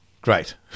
Great